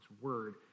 word